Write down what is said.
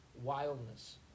wildness